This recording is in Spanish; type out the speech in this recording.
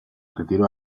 retiró